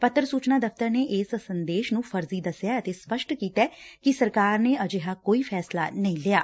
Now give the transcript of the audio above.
ਪੱਤਰ ਸੂਚਨਾ ਦਫ਼ਤਰ ਨੇ ਇਸ ਸੰਦੇਸ਼ ਨੂੰ ਫਰਜ਼ੀ ਦਸਿਐ ਅਤੇ ਸਪਸ਼ਟ ਕੀਤੈ ਕਿ ਸਰਕਾਰ ਨੇ ਅਜਿਹਾ ਕੋਈ ਫੈਸਲਾ ਨਹੀਂ ਲਿਆ